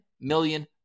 million